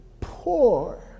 poor